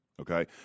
okay